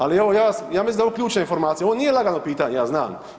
Ali evo, ja mislim da je ovo ključna informacija, ovo nije lagano pitanje, ja znam.